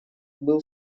был